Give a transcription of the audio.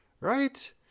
right